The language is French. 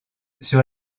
sur